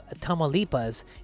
Tamaulipas